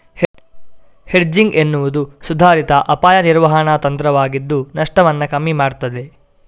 hedging ಎನ್ನುವುದು ಸುಧಾರಿತ ಅಪಾಯ ನಿರ್ವಹಣಾ ತಂತ್ರವಾಗಿದ್ದು ನಷ್ಟವನ್ನ ಕಮ್ಮಿ ಮಾಡ್ತದೆ